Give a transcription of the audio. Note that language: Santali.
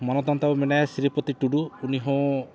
ᱢᱟᱱᱚᱛᱟᱱ ᱛᱟᱵᱚᱱ ᱢᱮᱱᱟᱭᱟ ᱥᱤᱨᱤᱯᱚᱛᱤ ᱴᱩᱰᱩ ᱩᱱᱤ ᱦᱚᱸ